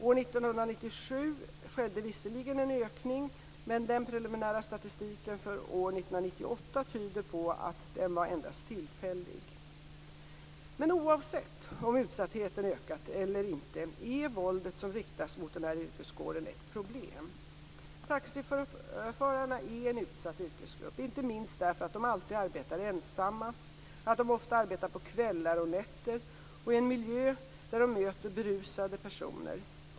År 1997 skedde visserligen en ökning, men den preliminära statistiken för år 1998 tyder på att den var endast tillfällig. Men oavsett om utsattheten ökat eller inte är våldet som riktas mot denna yrkeskår ett problem. Taxiförarna är en utsatt yrkesgrupp, inte minst därför att de alltid arbetar ensamma, att de ofta arbetar på kvällar och nätter och i en miljö där de möter berusade personer.